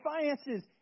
finances